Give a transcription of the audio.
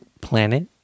planet